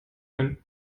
ein